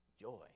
joy